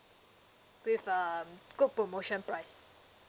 with um good promotion price